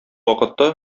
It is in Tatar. вакытта